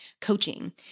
coaching